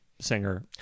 singer